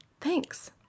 Thanks